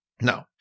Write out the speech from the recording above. no